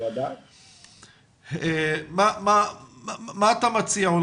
מה אתה מציע?